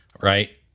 Right